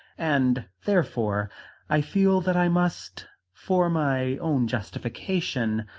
and therefore i feel that i must, for my own justification,